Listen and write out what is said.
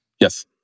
Yes